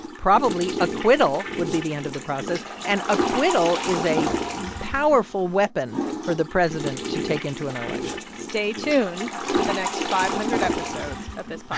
probably acquittal would be the end of the process. and acquittal is a powerful weapon for the president to take into an election stay tuned to the next five hundred episodes of this but